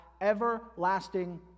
everlasting